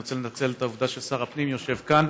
אני רוצה לנצל את העובדה ששר הפנים יושב כאן